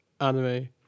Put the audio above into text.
anime